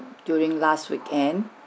during last weekend